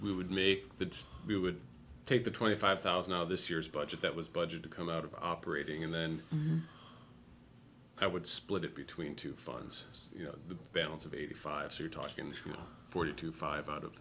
we would make that we would take the twenty five thousand out of this year's budget that was budget to come out of operating and then i would split it between two funds you know the balance of eighty five so you're talking forty two five out of